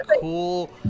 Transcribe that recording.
cool